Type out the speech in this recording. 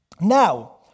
Now